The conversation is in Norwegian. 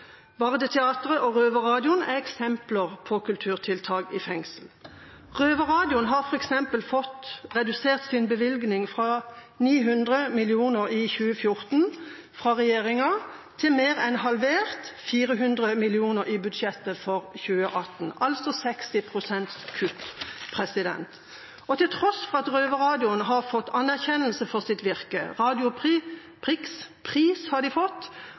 er eksempler på kulturtiltak i fengsel. Røverradioen har f.eks. fått sin bevilgning fra regjeringa mer enn halvert, fra 900 000 kr i 2014 til 400 000 kr i budsjettet for 2018. Det er 60 pst. kutt, til tross for at Røverradioen har fått anerkjennelse for sitt virke – Radio PRIX’ pris har de fått.